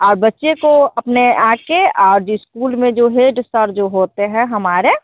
और बच्चे को अपने आ कर और जाे इस्कूल में जो हेड सर जो होते हैं हमारे